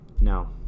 no